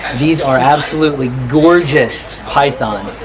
these are absolutely gorgeous pythons,